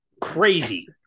crazy